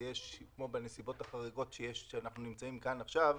כמו בנסיבות החריגות בו אנחנו נמצאים עכשיו,